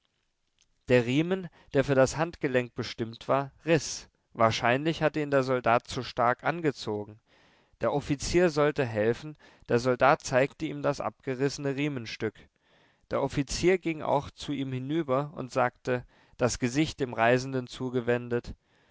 der riemen der für das handgelenk bestimmt war riß wahrscheinlich hatte ihn der soldat zu stark angezogen der offizier sollte helfen der soldat zeigte ihm das abgerissene riemenstück der offizier ging auch zu ihm hinüber und sagte das gesicht dem reisenden zugewendet